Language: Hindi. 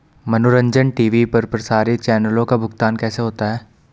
मनोरंजन टी.वी पर प्रसारित चैनलों का भुगतान कैसे होता है?